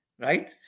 right